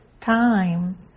time